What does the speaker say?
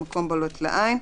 במקום בולט לעין,